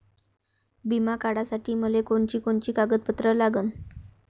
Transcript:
बिमा काढासाठी मले कोनची कोनची कागदपत्र लागन?